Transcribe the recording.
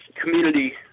community